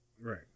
Right